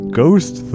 ghost